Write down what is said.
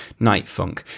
Nightfunk